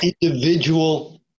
individual